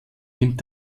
nimmt